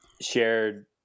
shared